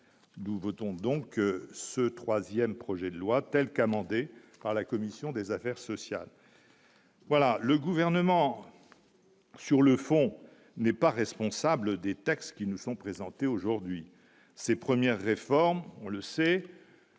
nous votons donc ce 3ème projet de loi telle qu'amendée par la commission des affaires sociales. Voilà le gouvernement sur le fond n'est pas responsable des taxes qui nous sont présentés aujourd'hui ses premières réformes, on le sait,